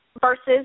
versus